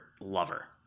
lover